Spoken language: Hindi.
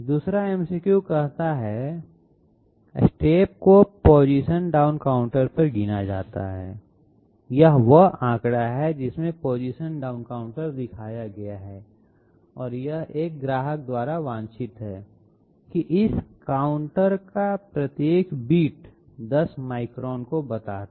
दूसरा MCQ कहता है स्टेप को पोजीशन डाउन काउंटर पर गिना जाता है यह वह आंकड़ा है जिसमें पोजीशन डाउन काउंटर दिखाया गया है और यह एक ग्राहक द्वारा वांछित है कि इस काउंटर का प्रत्येक बिट 10 माइक्रोन को बताता है